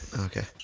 Okay